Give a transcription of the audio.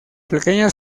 pequeñas